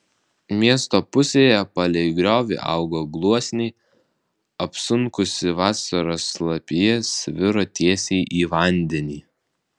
miesto pusėje palei griovį augo gluosniai apsunkusi vasaros lapija sviro tiesiai į vandenį